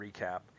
recap